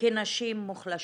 כנשים מוחלשות,